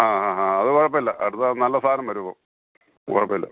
ആ ആ അത് കുഴപ്പമില്ല അടുത്തത് നല്ല സാധനം വരും കുഴപ്പമില്ല